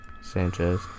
Sanchez